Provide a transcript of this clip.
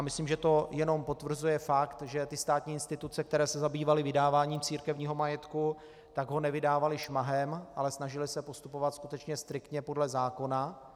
Myslím, že to jenom potvrzuje fakt, že státní instituce, které se zabývaly vydáváním církevního majetku, tak ho nevydávaly šmahem, ale snažily se postupovat skutečně striktně podle zákona.